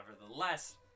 nevertheless